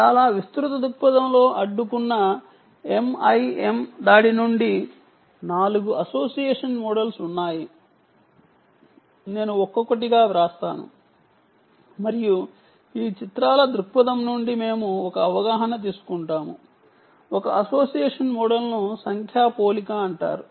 చాలా విస్తృత దృక్పథంలో అడ్డుకున్న m I m నుండి 4 అసోసియేషన్ మోడల్స్ ఉన్నాయి నేను ఒక్కొక్కటిగా వ్రాస్తాను మరియు ఈ చిత్రాల దృక్పథం నుండి మేము ఒక అవగాహన తీసుకుంటాము ఒక అసోసియేషన్ మోడల్ను సంఖ్యా పోలిక అంటారు